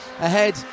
ahead